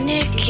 Nick